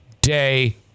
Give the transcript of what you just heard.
day